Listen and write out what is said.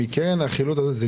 קרן החילוט הזאת,